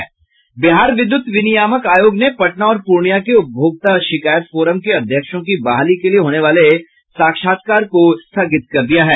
बिहार विद्यूत विनियामक आयोग ने पटना और पूर्णियां के उपभोक्ता शिकायत फोरम के अध्यक्षों की बहाली के लिए होने वाले साक्षात्कार को स्थगित कर दिया है